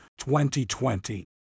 2020